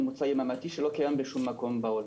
ממוצע יממתי שלא קיים בשום מקום בעולם.